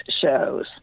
shows